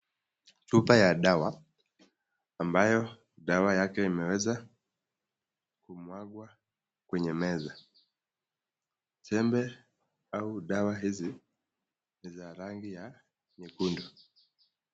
Chupa ya dawa ambayo dawa yake imeweza kumwagwa kwenye meza. Tembe ama dawa hizi ni za rangi ya nyekundu.